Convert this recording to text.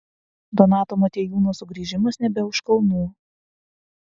donato motiejūno sugrįžimas nebe už kalnų